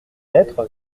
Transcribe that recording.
lettre